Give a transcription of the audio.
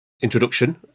introduction